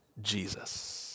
Jesus